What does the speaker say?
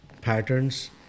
patterns